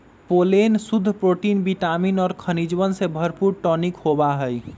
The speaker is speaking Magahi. पोलेन शुद्ध प्रोटीन विटामिन और खनिजवन से भरपूर टॉनिक होबा हई